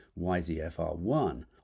YZF-R1